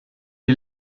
est